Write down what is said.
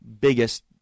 biggest